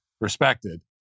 respected